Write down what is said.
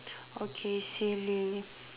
okay silly